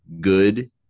good